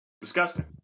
Disgusting